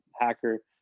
Hacker